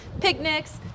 picnics